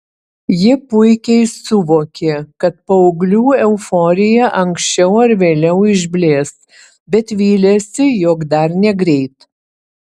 ji puikiai suvokė kad paauglių euforija anksčiau ar vėliau išblės bet vylėsi jog dar negreit